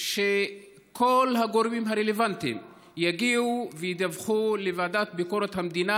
כדי שכל הגורמים הרלוונטיים יגיעו וידווחו לוועדת ביקורת המדינה,